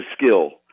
skill